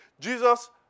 Jesus